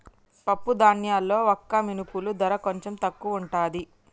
పప్పు ధాన్యాల్లో వక్క మినుముల ధర కొంచెం తక్కువుంటది